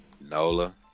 Nola